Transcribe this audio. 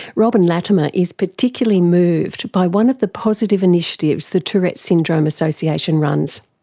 robyn lattimer is particularly moved by one of the positive initiatives the tourette's syndrome association runs.